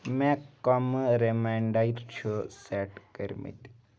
مےٚ کمہٕ رِمیاینڈر چھِ سیٹ کٔرمٕتۍ